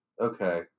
okay